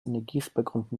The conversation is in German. energiespargründen